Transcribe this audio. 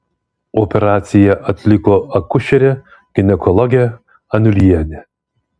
operaciją atliko akušerė ginekologė aniulienė